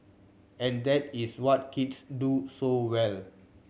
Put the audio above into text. and that is what kids do so well